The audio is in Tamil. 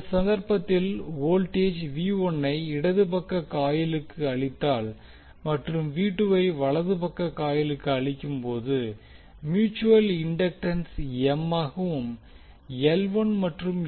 இந்த சந்தர்ப்பத்தில் வோல்டேஜ் ஐ இடது பக்க காயிலுக்கு அளித்தால் மற்றும் ஐ வலது பக்க காயிலுக்கு அளிக்கும்போது மியூட்சுவல் இண்டக்டன்ஸ் M ஆகவும் மற்றும்